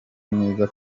myiza